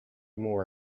more